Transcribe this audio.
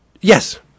Yes